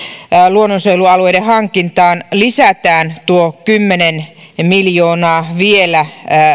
luonnonsuojelualueiden hankintaan lisätään tuo kymmenen miljoonaa vielä